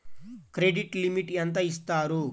Credit limit ఎంత ఇస్తారు?